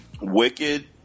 Wicked